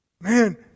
man